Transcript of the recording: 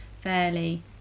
fairly